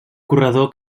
corredor